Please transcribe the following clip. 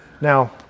Now